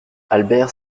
albert